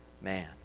man